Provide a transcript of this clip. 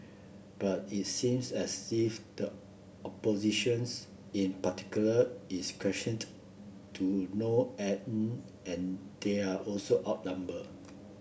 but it seems as if the oppositions in particular is questioned to no end and they're also outnumber